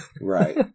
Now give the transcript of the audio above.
Right